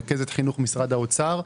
רכזת חינוך במשרד האוצר.